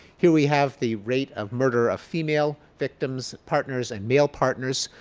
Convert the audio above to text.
here we have the rate of murder of female victims, partners and male partners.